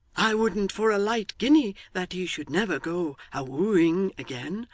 i wouldn't for a light guinea that he should never go a wooing again,